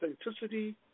authenticity